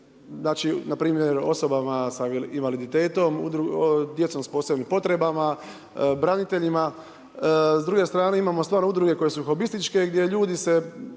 bave npr. osobama sa invaliditetom, djecom s posebnim potrebama, braniteljima s druge strane imamo stvarno udruge koje su hobističke gdje ljudi se